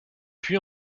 puis